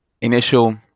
initial